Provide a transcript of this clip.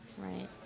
right